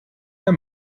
der